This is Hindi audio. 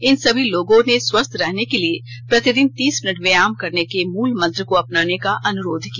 इन सभी लोगों ने स्वस्थ रहने के लिए प्रतिदिन तीस मिनट व्यायाम करने के मूल मंत्र को अपनाने का अनुरोध किया